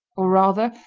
or, rather,